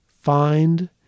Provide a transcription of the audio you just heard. Find